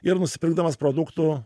ir nusipirkdamas produktų